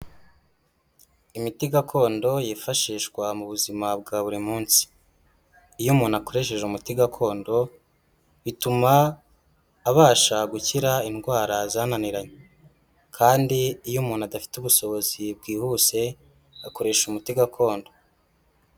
Imiti gakondo yifashishwa mu buzima bwa buri munsi, iyo umuntu akoresheje umuti gakondo bituma abasha gukira indwara zananiranye kandi iyo umuntu adafite ubushobozi bwihuse akoresha umuti gakondo.